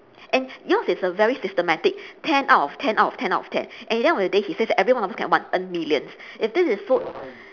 and yours is a very systematic ten out of ten out of ten out of ten in the end of the day he says that everyone can also what earn millions if this is so